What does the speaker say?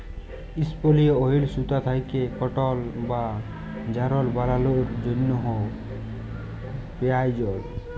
ইসপিলিং ওহিল সুতা থ্যাকে কটল বা যারল বালালোর জ্যনহে পেরায়জল